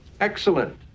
excellent